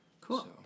Cool